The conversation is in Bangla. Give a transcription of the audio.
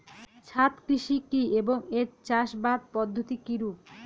ছাদ কৃষি কী এবং এর চাষাবাদ পদ্ধতি কিরূপ?